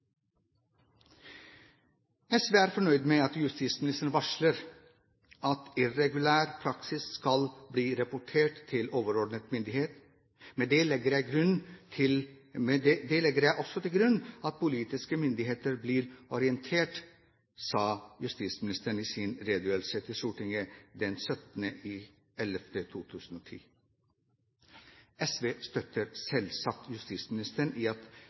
SV er fornøyd med at justisministeren varsler at «irregulær praksis skal bli rapportert til overordnet myndighet». «Med det legger jeg også til grunn at politiske myndigheter blir orientert», sa justisministeren i sin redegjørelse i Stortinget den 17. november 2010. SV støtter selvsagt justisministeren i at